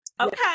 okay